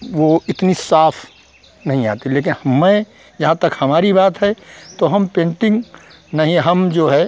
वह इतनी साफ़ नहीं आती लेकिन मैं जहाँ तक हमारी बात है तो हम पेन्टिन्ग नहीं हम जो है